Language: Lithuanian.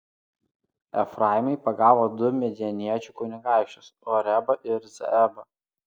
efraimai pagavo du midjaniečių kunigaikščius orebą ir zeebą